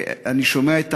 ואני שומע את